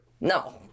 No